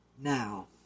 Now